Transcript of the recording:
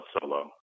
solo